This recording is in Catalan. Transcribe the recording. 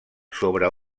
sobre